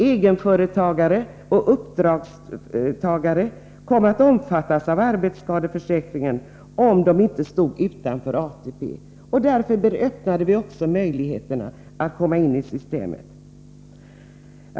Egenföretagare och uppdragstagare kom att omfattas av arbetsskadeförsäkringen, om de inte stod utanför ATP-systemet. Därför öppnade vi också möjligheterna att komma in i systemet.